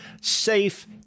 Safe